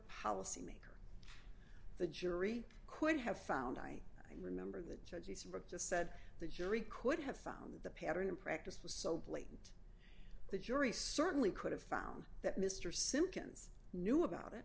policymaker the jury could have found i can remember the judges for just said the jury could have found that the pattern and practice was so blatant the jury certainly could have found that mr simkins knew about it